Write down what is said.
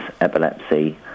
epilepsy